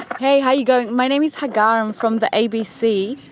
hey, how are you going? my name is hagar, i'm from the abc.